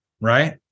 Right